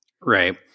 Right